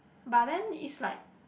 but then is like